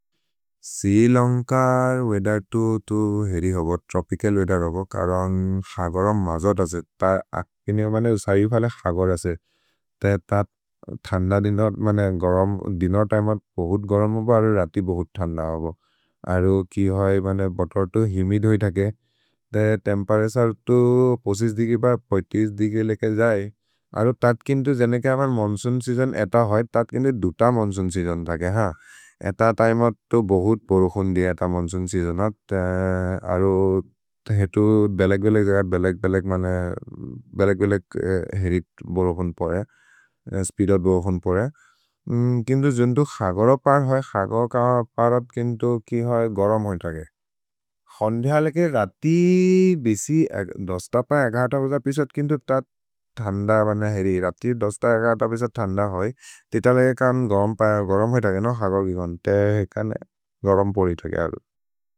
सीलन्क वेअथेर् तु हेरि होबो, त्रोपिचल् वेअथेर् होबो, करन्ग् हगरम् मजद् असे। त अकिने मने उसयु फले हगर् असे। त थन्द दिन मने गरम्, दिन तैम बोहुत् गरम् होबो, अरो रति बोहुत् थन्द होबो। अरो कि होइ, मने बुत्तेर् तु हिमिद् होइ थके। ते तेम्पेरतुरे तु पच्छिस् दिगि ब दिगि लेके जये। अरो तत् किन्तु जने के अमन् मोन्सून् सेअसोन् एत होइ, तत् किन्तु दुत मोन्सून् सेअसोन् थके, ह। एत तैम तु बोहुत् बोरोकोन्दि एत मोन्सून् सेअसोन् अत्। अरो हेतु बेलेक् बेलेक्, बेलेक् बेलेक् मने, बेलेक् बेलेक् हेरि बोरोकोन्द् परे, स्पीद् उप् बोरोकोन्द् परे। किन्तु जुन्तो हगरो पर् होइ, हगरो पर् अत् किन्तु कि होइ, गरम् होइ थके। होन्दिहल् एके रति बिसि, दोस्त प, एकहत पिसत्, किन्तु त थन्द बने हेरि, रति दोस्त एकहत पिसत् थन्द होइ। तित लेके कन् गरम् पर्, गरम् होइ थके नो हगरो कि कोन्ते, कन् गरम् पोलि थके अलु।